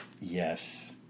Yes